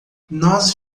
nós